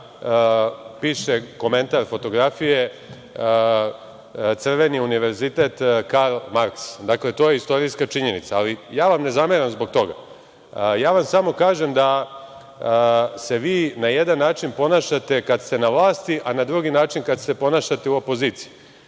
toga piše komentar fotografije – crveni univerzitet „Karl Marks“. Dakle, to je istorijska činjenica. Ali, ja vam ne zameram zbog toga, samo vam kažem da se vi na jedan način ponašate kad ste na vlasti, a na drugi način kada ste u opoziciji. Što